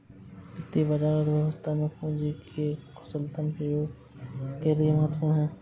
वित्तीय बाजार अर्थव्यवस्था में पूंजी के कुशलतम प्रयोग के लिए महत्वपूर्ण है